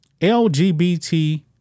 LGBT